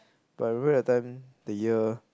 but I remember that time the year